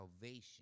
salvation